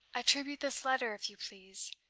attribute this letter, if you please,